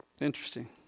Interesting